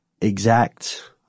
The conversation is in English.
exact